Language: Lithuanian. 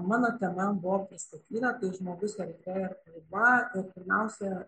mano tema buvo pristatyta tai žmogus erdvė va ir pirmiausia